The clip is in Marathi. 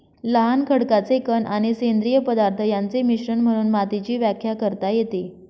लहान खडकाचे कण आणि सेंद्रिय पदार्थ यांचे मिश्रण म्हणून मातीची व्याख्या करता येते